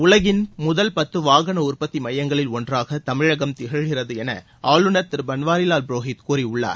உலகின் முதல் பத்து வாகன உற்பத்தி மையங்களில் ஒன்றாக தமிழகம் திகழ்கிறது என ஆளுநர் திரு பன்வாரிலால் புரோஹித் கூறியுள்ளார்